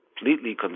completely